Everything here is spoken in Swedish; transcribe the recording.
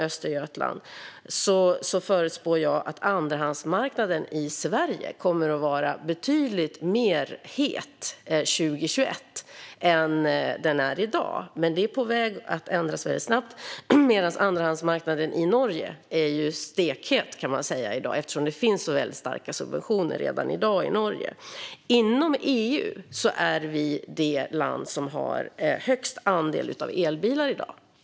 Jag förutspår att andrahandsmarknaden i Sverige kommer att vara betydligt hetare 2021 än den är i dag. Det är på väg att ändras väldigt snabbt. I Norge är andrahandsmarknaden stekhet i dag, eftersom det redan i dag finns så väldigt starka subventioner i Norge. Inom EU är vi i dag det land som har högst andel elbilar och laddhybrider.